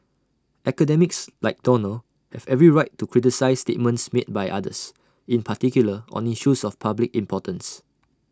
academics like Donald have every right to criticise statements made by others in particular on issues of public importance